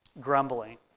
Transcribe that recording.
grumbling